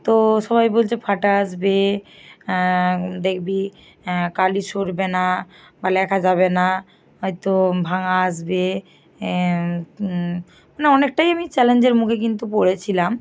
তো সবাই বলছে ফাটা আসবে দেখবি কালি সরবে না বা লেখা যাবে না হয়তো ভাঙা আসবে মানে অনেকটাই আমি চ্যালেঞ্জের মুখে কিন্তু পড়েছিলাম